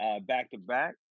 back-to-back